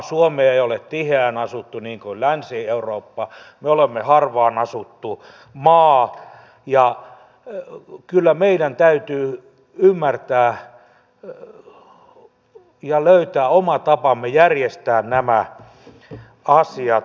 suomi ei ole tiheään asuttu niin kuin länsi eurooppa me olemme harvaan asuttu maa ja kyllä meidän täytyy ymmärtää ja löytää oma tapamme järjestää nämä asiat